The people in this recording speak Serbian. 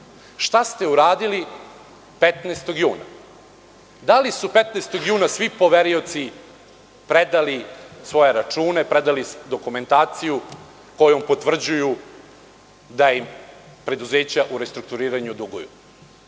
šta ste uradili 15. juna? Da li su 15. juna svi poverioci predali svoje račune, predali dokumentaciju kojom, potvrđuju da im preduzeća u restrukturiranju duguju? Za